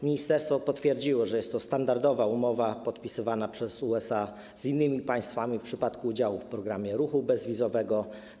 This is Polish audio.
Ministerstwo potwierdziło, że jest to standardowa umowa podpisywana przez USA z innymi państwami w przypadku udziału w Programie Ruchu Bezwizowego.